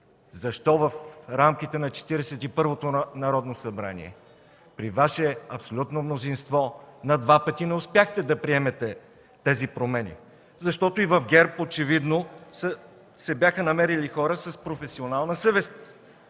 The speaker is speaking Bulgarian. на Четиридесет и първото Народно събрание при Ваше абсолютно мнозинство на два пъти не успяхте да приемете тези промени? Защото и в ГЕРБ очевидно се бяха намерили хора с професионална съвест,